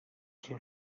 seu